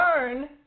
learn